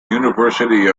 university